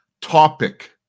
Topic